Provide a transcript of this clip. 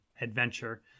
adventure